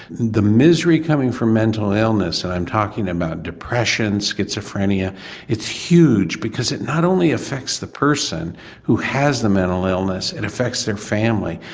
the misery coming from mental illness and i'm talking about depression, schizophrenia it's huge, because it not only affects the person who has the mental illness, it and affects their family.